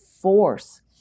force